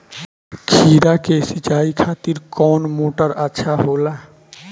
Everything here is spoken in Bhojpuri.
खीरा के सिचाई खातिर कौन मोटर अच्छा होला?